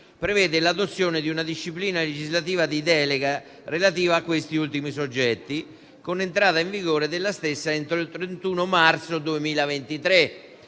prevede l'adozione di una disciplina legislativa di delega relativa a questi ultimi soggetti, con entrata in vigore della stessa entro il 31 marzo 2023